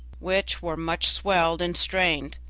which were much swelled and strained